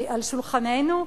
על שולחננו,